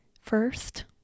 first